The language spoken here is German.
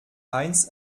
einst